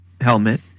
helmet